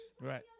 Right